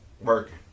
working